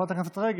חברת הכנסת רגב,